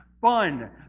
fun